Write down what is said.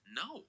no